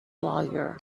lawyer